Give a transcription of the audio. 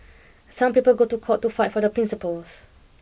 some people go to court to fight for their principles